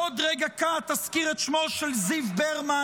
בעוד רגע קט אזכיר את שמו של זיו ברמן,